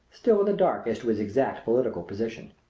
still in the dark as to his exact political position.